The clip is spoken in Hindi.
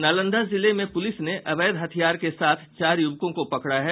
नालंदा जिले में पुलिस ने अवैध हथियार के साथ चार युवकों को पकड़ा है